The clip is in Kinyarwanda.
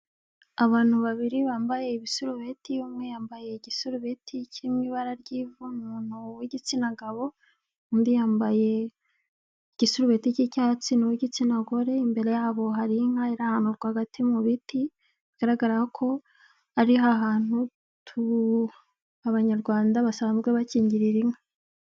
Abantu babiri bambaye ibisurubeti umwe yambaye igisurubeti kiri mu ibara ry'ivu, umuntu w'igitsina gabo undi yambaye igisurubeti cy'icyatsi n uw'igitsina gore imbere yabo hari inka iri ahantu rwagati mu biti, bigaragara ko ari hantu abanyarwanda basanzwe bakingirira inka.